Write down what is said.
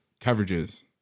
coverages